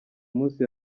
munsi